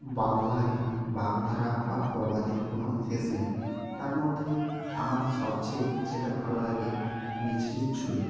বাংলায় বাগধারা বা প্রবাদের কোনো শেষ নেই তার মধ্যে আমার সবচেয়ে যেটা ভাল লাগে মিছরির ছুরি